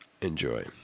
Enjoy